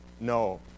No